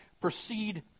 proceed